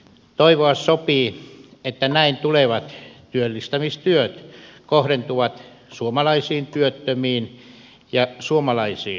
toivoa sopii että näin tulevat työllistämistyöt kohdentuvat suomalaisiin työttömiin ja suomalaisiin yrityksiin